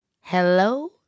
Hello